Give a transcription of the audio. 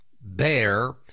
bear